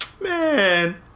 Man